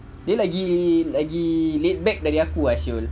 dia lagi lagi laid back dari aku ah [siol]